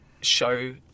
show